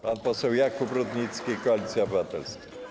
Pan poseł Jakub Rutnicki, Koalicja Obywatelska.